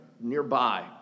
nearby